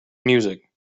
music